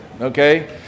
okay